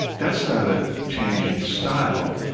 that's not a change in style,